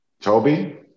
Toby